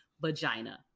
vagina